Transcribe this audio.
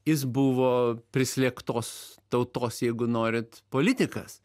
jis buvo prislėgtos tautos jeigu norit politikas